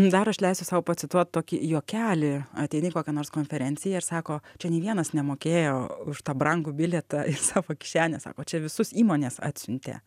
dar aš leisiu sau pacituot tokį juokelį ateini kokią nors konferenciją ir sako čia nei vienas nemokėjo už tą brangų bilietą iš savo kišenės sako čia visus įmonės atsiuntė